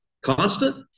Constant